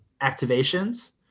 activations